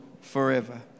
forever